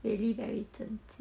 maybe very 正经